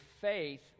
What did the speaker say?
faith